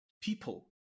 people